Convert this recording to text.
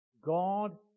God